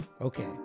Okay